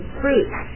fruits